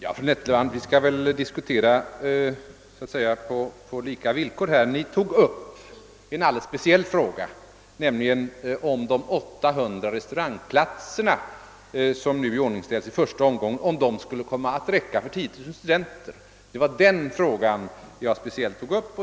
Herr talman! Vi bör väl diskutera samma saker. Fru Nettelbrandt ställde en speciell fråga, nämligen om de 800 restaurangplatser som nu i första omgången iordningställs skulle räcka till 10 000 studenter, och jag svarade på den frågan.